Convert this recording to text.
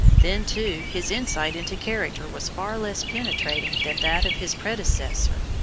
then, too, his insight into character was far less penetrating than that of his predecessor.